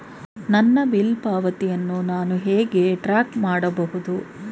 ನನ್ನ ಬಿಲ್ ಪಾವತಿಯನ್ನು ನಾನು ಹೇಗೆ ಟ್ರ್ಯಾಕ್ ಮಾಡಬಹುದು?